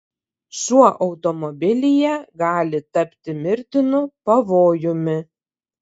šuo automobilyje gali tapti mirtinu pavojumi